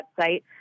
website